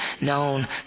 known